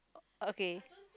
okay